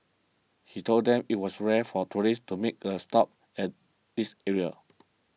he told them it was rare for tourists to make a stop at this area